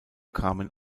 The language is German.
kamen